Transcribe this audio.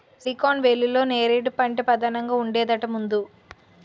silicon వేలీలో నేరేడు పంటే పదానంగా ఉండేదట ముందు